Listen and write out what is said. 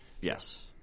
Yes